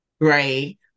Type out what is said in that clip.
right